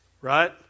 right